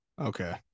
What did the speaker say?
Okay